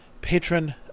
patron